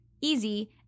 easy